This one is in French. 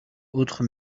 autre